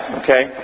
okay